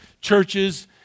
churches